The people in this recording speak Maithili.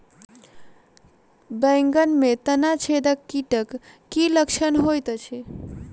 बैंगन मे तना छेदक कीटक की लक्षण होइत अछि?